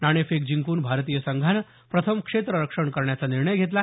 नाणेफेक जिंकून भारतीय संघानं प्रथम क्षेत्ररक्षण करण्याचा निर्णय घेतला